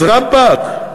אז רבאק,